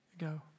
go